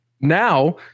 Now